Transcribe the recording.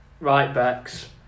Right-backs